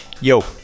yo